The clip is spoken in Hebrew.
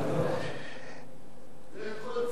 אל-קודס.